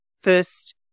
first